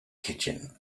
kitchen